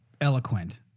eloquent